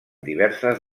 diverses